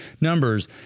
numbers